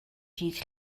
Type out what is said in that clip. dydd